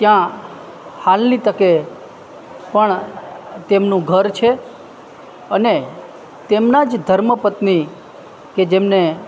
ત્યાં હાલની તકે પણ તેમનું ઘર છે અને તેમના જ ધર્મપત્ની કે જેમને